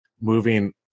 moving